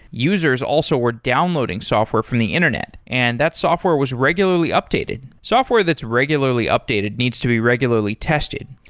users also were downloading software from the internet, and that software was regularly updated. software that's regularly updated needs to be regularly tested.